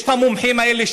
יש המומחים האלה,